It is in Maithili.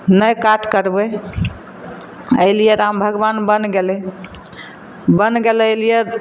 नहि काट करबै एहि लिए राम भगबान बन गेलै बन गेलै एहि लिए